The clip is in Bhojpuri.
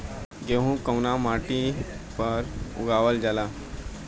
गेहूं कवना मिट्टी पर उगावल जाला?